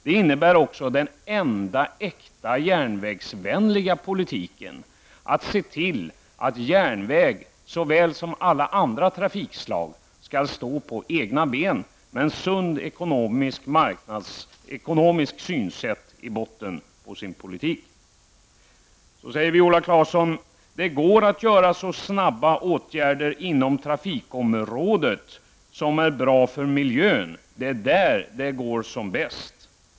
Det innebär också den enda äkta järnvägsvänliga politiken att man ser till att järnvägsverksamhet såväl som alla andra trafikslag skall stå på egna ben, med en sund marknadsekonomisk syn i botten. Vidare säger Viola Claesson: Det går att genomföra snabba åtgärder inom trafikområdet som är bra för miljön. Det är där det går som bäst.